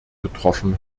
getroffen